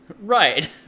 Right